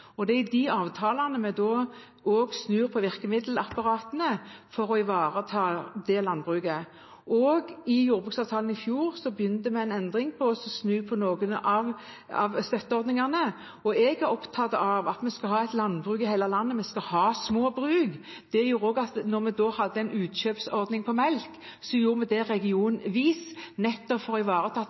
Det er i de avtalene vi snur på virkemiddelapparatene for å ivareta det landbruket. I jordbruksavtalen i fjor begynte vi en endring med å snu på noen av støtteordningene, og jeg er opptatt av at vi skal ha et landbruk i hele landet, vi skal ha små bruk. Det gjorde også at da vi hadde en utkjøpsordning for melk, gjorde vi den regionvis nettopp for å ivareta